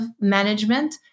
management